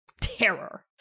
terror